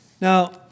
Now